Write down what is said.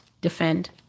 defend